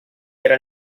era